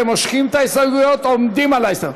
אתם מושכים את ההסתייגויות או עומדים על ההסתייגות?